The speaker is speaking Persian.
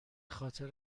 خاطر